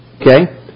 Okay